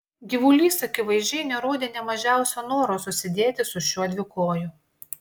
gyvulys akivaizdžiai nerodė nė mažiausio noro susidėti su šiuo dvikoju